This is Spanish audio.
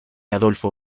adolfo